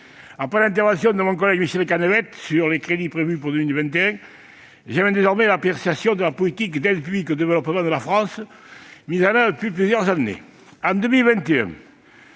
après l'intervention de mon collègue Michel Canevet sur les crédits prévus pour 2021, j'en viens à l'appréciation de la politique d'aide publique au développement mise en oeuvre par la France depuis plusieurs années. En 2021,